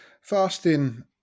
Fasting